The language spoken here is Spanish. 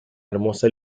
hermosa